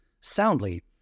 soundly